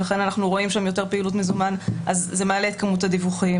ולכן אנחנו רואים שם יותר פעילות מזומן אז זה מעלה את כמות הדיווחים.